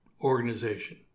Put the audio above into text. organization